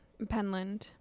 Penland